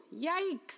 Yikes